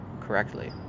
correctly